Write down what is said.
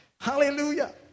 Hallelujah